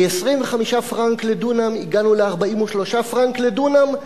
מ-25 פרנק לדונם הגענו ל-43 פרנק לדונם,